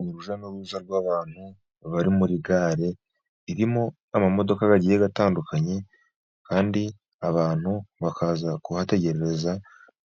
Urujya n'uruza rw'abantu bari muri gare irimo amamodoka agiye atandukanye, kandi abantu bakaza kuhategereza